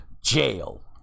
jail